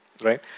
right